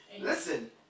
Listen